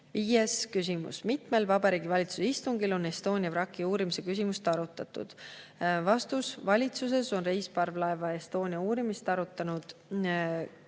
Viies küsimus: "Mitmel Vabariigi Valitsuse istungil on Estonia vraki uurimise küsimust arutatud?" Vastus. Valitsus on reisiparvlaev Estonia uurimist arutanud kahel